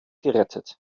gerettet